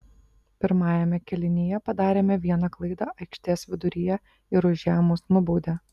pirmajame kėlinyje padarėme vieną klaidą aikštės viduryje ir už ją mus nubaudė